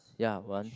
ya one